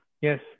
Yes